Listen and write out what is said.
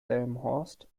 delmenhorst